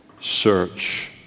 search